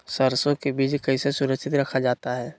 सरसो के बीज कैसे सुरक्षित रखा जा सकता है?